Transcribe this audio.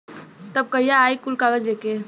तब कहिया आई कुल कागज़ लेके?